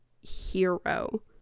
hero